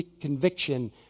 conviction